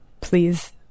please